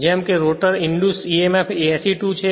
જેમ કે rotor induce Emf એ SE2 છે